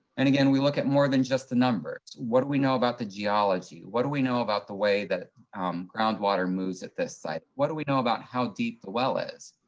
and again, we look at more than just the numbers. what do we know about the geology? what do we know about the way that groundwater moves at this site? what do we know about how deep the well is?